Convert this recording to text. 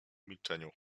milczeniu